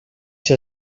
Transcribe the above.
qui